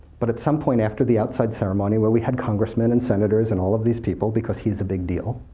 but at some point after the outside ceremony, where we had congressman and senators and all of these people, because he's a big deal.